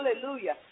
Hallelujah